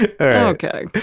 Okay